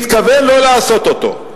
מתכוון לא לעשות אותו.